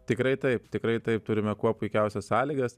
tikrai taip tikrai taip turime kuo puikiausias sąlygas